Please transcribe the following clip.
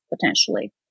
potentially